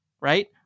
Right